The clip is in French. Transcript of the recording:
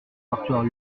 répertoire